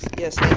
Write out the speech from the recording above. yes,